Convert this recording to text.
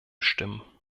stimmen